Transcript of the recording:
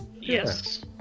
Yes